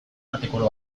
artikulu